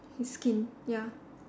his skin ya